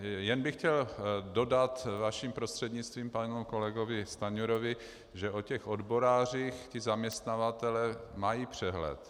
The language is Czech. Jen bych chtěl dodat vaším prostřednictvím panu kolegovi Stanjurovi, že o těch odborářích zaměstnavatelé mají přehled.